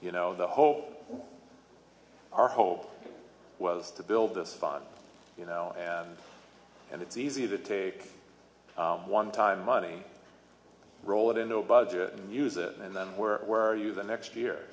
you know the whole our hope was to build this five you know and it's easy to take one time money roll it into a budget and use it and then where were you the next year